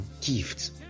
gifts